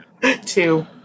two